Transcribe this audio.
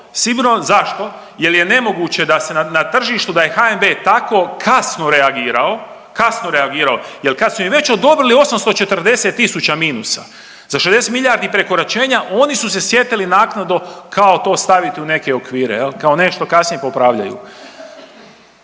sigurno. Zašto? Jel je nemoguće da se, na tržištu da je HNB tako kasno reagirao, kasno reagirao jel kad su im već odobrili 840 tisuća minusa za 60 milijardi prekoračenja oni su se sjetili naknadno kao to staviti u neke okvire jel, kao nešto kasnije popravljaju.